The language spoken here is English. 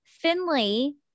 Finley